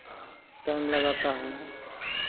time लगाता है